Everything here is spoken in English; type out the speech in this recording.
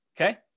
okay